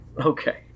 Okay